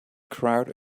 crowd